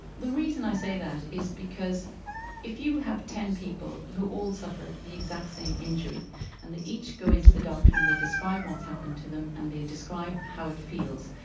the reason i say that is because if you have ten people who all suffer the exact same injury and they each go in to the doctor and they describe what's happened to them and they describe how it feels,